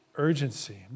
urgency